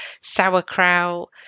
sauerkraut